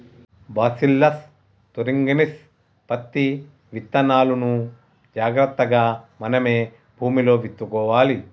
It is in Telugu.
బాసీల్లస్ తురింగిన్సిస్ పత్తి విత్తనాలును జాగ్రత్తగా మనమే భూమిలో విత్తుకోవాలి